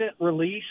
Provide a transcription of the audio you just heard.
release